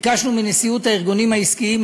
ביקשנו מנשיאות הארגונים העסקיים,